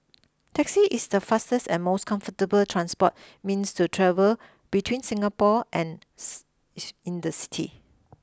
taxi is the fastest and most comfortable transport means to travel between Singapore and in the city